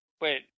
Wait